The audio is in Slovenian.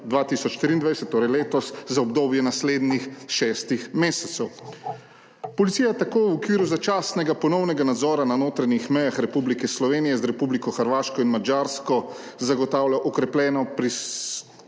2023, torej letos, za obdobje naslednjih šestih mesecev. Policija tako v okviru začasnega ponovnega nadzora na notranjih mejah Republike Slovenije z Republiko Hrvaško in Madžarsko zagotavlja okrepljeno prisotnost